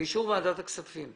באישור ועדת הכספים כי